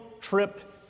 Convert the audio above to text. trip